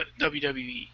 WWE